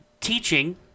teaching